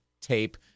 tape